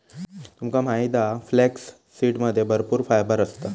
तुमका माहित हा फ्लॅक्ससीडमध्ये भरपूर फायबर असता